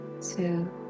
two